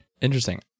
Interesting